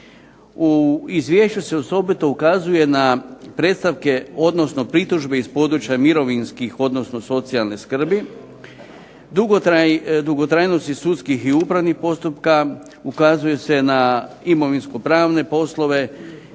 U Izvješću se osobito ukazuje na predstavke, odnosno pritužbe iz područja mirovinskih, odnosno socijalne skrbi, dugotrajnosti sudskih i upravnih postupaka. Ukazuje se na imovinsko-pravne poslove